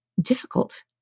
difficult